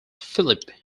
philippe